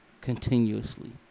continuously